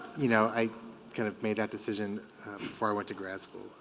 you know i kind of made that decision before i went to grad school